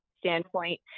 standpoint